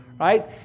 right